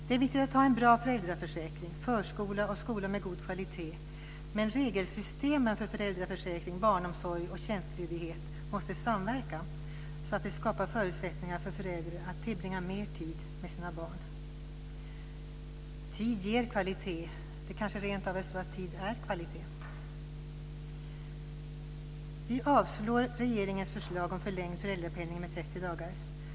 Det är viktigt att ha en bra föräldraförsäkring, förskola och skola med god kvalitet, men regelsystemen för föräldraförsäkring, barnomsorg och tjänstledighet måste samverka så att de skapar förutsättningar för föräldrarna att tillbringa mer tid med sina bar. Tid ger kvalitet, det kanske rentav är så att tid är kvalitet. Vi avstyrker regeringens förslag om förlängd föräldrapenning med 30 dagar.